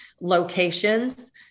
locations